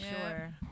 Sure